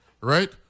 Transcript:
right